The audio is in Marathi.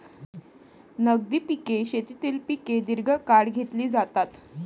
नगदी पिके शेतीतील पिके दीर्घकाळ घेतली जातात